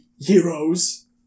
heroes